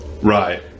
Right